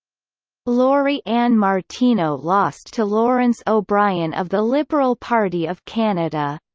lori-ann martino lost to lawrence o'brien of the liberal party of canada.